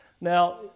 Now